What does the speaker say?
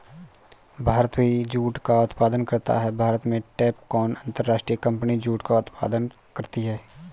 भारत भी जूट का उत्पादन करता है भारत में टैपकॉन अंतरराष्ट्रीय कंपनी जूट का उत्पादन करती है